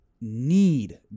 need